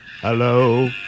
hello